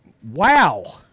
Wow